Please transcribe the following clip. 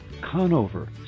CONOVER